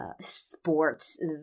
sports